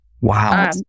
Wow